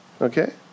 Okay